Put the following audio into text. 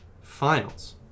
finals